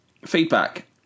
Feedback